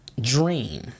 dream